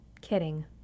kidding